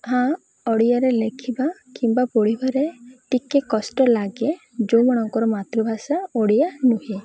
ହଁ ଓଡ଼ିଆରେ ଲେଖିବା କିମ୍ବା ପଢ଼ିବାରେ ଟିକେ କଷ୍ଟ ଲାଗେ ଯେଉଁ ମାନଙ୍କର ମାତୃଭାଷା ଓଡ଼ିଆ ନୁହେଁ